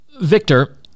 Victor